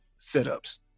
setups